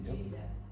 Jesus